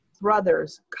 Brothers